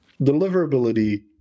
deliverability